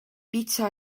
pizza